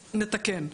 נתקן,